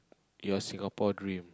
your Singapore dream